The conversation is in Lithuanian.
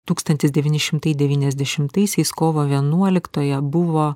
tūkstantis devyni šimtai devyniasdešimtaisiais kovo vienuoliktąją buvo